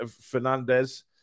Fernandez